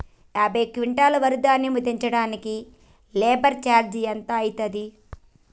యాభై క్వింటాల్ వరి ధాన్యము దించడానికి లేబర్ ఖర్చు ఎంత అయితది?